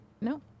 No